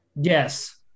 Yes